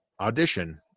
audition